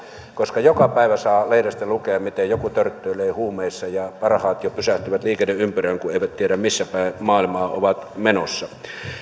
koska joka päivä saa lehdestä lukea miten joku törttöilee huumeissa ja parhaat jo pysähtyvät liikenneympyrään kun eivät tiedä missä päin maailmaa ovat menossa